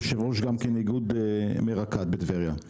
יושב ראש גם כן איגוד מי רקת בטבריה,